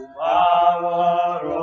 power